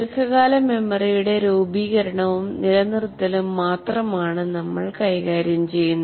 ദീർഘകാല മെമ്മറിയുടെ രൂപീകരണവും നിലനിർത്തലും മാത്രമാണ് നമ്മൾ കൈകാര്യം ചെയ്യുന്നത്